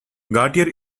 gautier